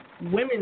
women